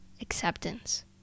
acceptance